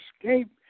escape